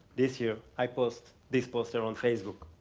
this year, i posted this poster on facebook.